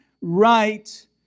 right